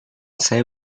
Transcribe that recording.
saya